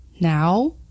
Now